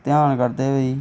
ध्यान करदे होई